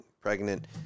pregnant